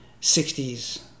60s